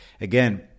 Again